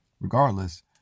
Regardless